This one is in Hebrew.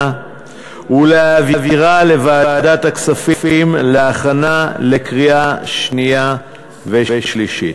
ולהעבירה לוועדת הכספים להכנה לקריאה שנייה ושלישית.